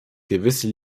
gewisse